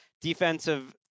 defensive